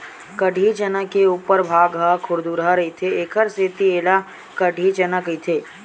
कटही चना के उपर भाग ह खुरदुरहा रहिथे एखर सेती ऐला कटही चना कहिथे